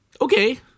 Okay